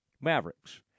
Mavericks